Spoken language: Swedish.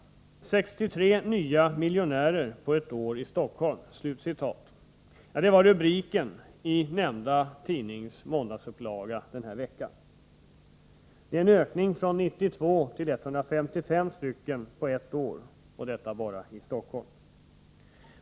”63 nya miljonärer på ett år i Stockholm” var rubriken i nämnda tidnings måndagsupplaga den här veckan. Det är en ökning från 92 till 155 stycken på ett år bara i Stockholm.